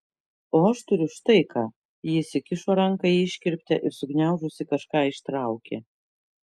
o aš turiu štai ką ji įsikišo ranką į iškirptę ir sugniaužusi kažką ištraukė